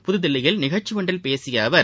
புதுதில்லியில் நிகழ்ச்சி ஒன்றில் பேசிய அவர்